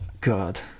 God